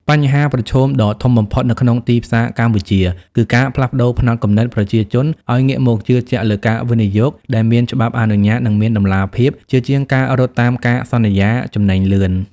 បញ្ហាប្រឈមដ៏ធំបំផុតនៅក្នុងទីផ្សារកម្ពុជា គឺការផ្លាស់ប្តូរផ្នត់គំនិតប្រជាជនឱ្យងាកមកជឿជាក់លើការវិនិយោគដែលមានច្បាប់អនុញ្ញាត និងមានតម្លាភាព ជាជាងការរត់តាមការសន្យាចំណេញលឿន។